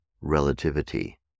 relativity